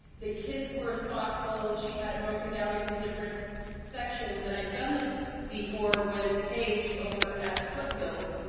the kids were thoughtful. she had it broken down into different sections. and i've done this before with paige over at foothills.